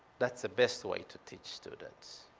that's the best way to teach students.